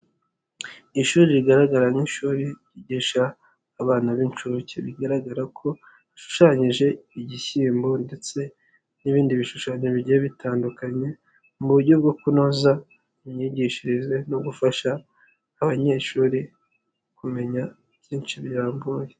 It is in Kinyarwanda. Ishuri rigaragara nk'ishuri ryigisha abana b'inshuke bigaragara ko hashushanyije igishyimbo ndetse n'ibindi bishushanyo bigiye bitandukanye, mu buryo bwo kunoza imyigishirize no gufasha abanyeshuri kumenya byinshi birambuye.